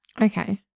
Okay